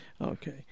Okay